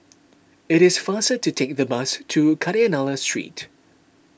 it is faster to take the bus to Kadayanallur Street